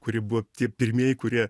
kurie buvo tie pirmieji kurie